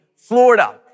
Florida